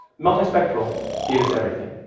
multispectral gave us everything.